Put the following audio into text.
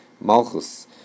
Malchus